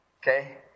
Okay